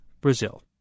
Brazil